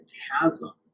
chasm